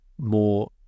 More